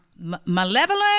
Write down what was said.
malevolent